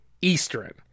Eastern